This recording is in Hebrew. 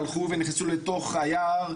הלכו ונכנסו לתוך היער,